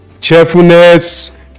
cheerfulness